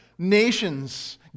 Nations